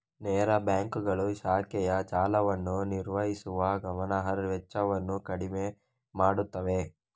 ನೇರ ಬ್ಯಾಂಕುಗಳು ಶಾಖೆಯ ಜಾಲವನ್ನು ನಿರ್ವಹಿಸುವ ಗಮನಾರ್ಹ ವೆಚ್ಚವನ್ನು ಕಡಿಮೆ ಮಾಡುತ್ತವೆ